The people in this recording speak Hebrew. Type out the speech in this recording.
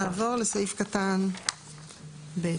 נעבור לסעיף קטן (ב).